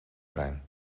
zijn